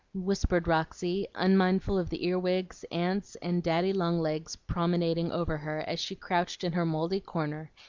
whispered roxy, unmindful of the earwigs, ants, and daddy-long-legs promenading over her as she crouched in her mouldy corner,